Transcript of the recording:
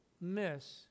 miss